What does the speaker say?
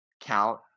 count